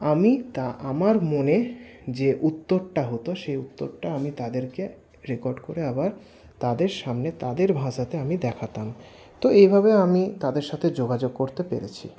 আমি আমার মনে যে উত্তরটা হতো সে উত্তরটা আমি তাদেরকে রেকর্ড করে আবার তাদের সামনে তাদের ভাষাতে আমি দেখাতাম তো এইভাবে আমি তাদের সাথে যোগাযোগ করতে পেরেছি